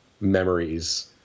memories